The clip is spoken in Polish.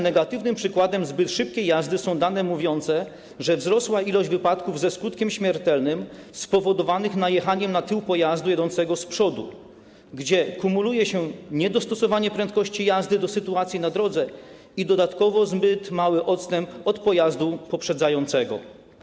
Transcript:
Negatywnym przykładem zbyt szybkiej jazdy są także dane mówiące, że wzrosła liczba wypadków ze skutkiem śmiertelnym spowodowanych najechaniem na tył pojazdu jadącego z przodu, kiedy kumuluje się niedostosowanie prędkości jazdy do sytuacji na drodze i dodatkowo zbyt mały odstęp od pojazdu poprzedzającego.